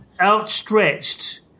outstretched